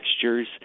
textures